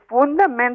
fundamental